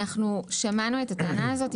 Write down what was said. שמענו את הטענה הזאת.